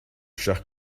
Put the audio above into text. chers